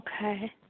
Okay